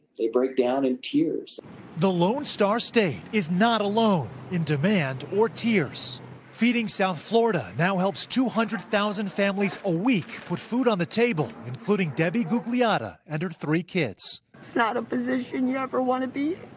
they break down in tears reporter the lone star state is not alone in demand or tears feeding south florida now helps two hundred thousand families a week put food on the table, including debbie yeah ah but and her three kids not a position you ever want to be